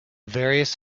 various